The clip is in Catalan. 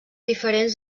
diferents